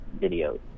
videos